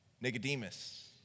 Nicodemus